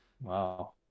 Wow